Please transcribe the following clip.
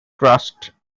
trust